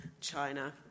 China